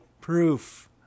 proof